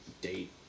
date